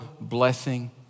blessing